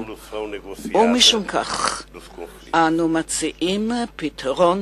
ומשום כך אנו מציעים פתרון,